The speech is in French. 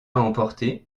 emporté